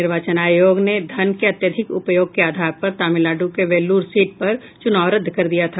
निर्वाचन आयोग ने धन के अत्यधिक उपयोग के आधार पर तमिलनाडु की वेल्लूर सीट पर चुनाव रद्द कर दिया था